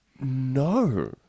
No